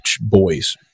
boys